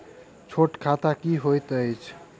छोट खाता की होइत अछि